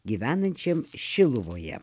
gyvenančiam šiluvoje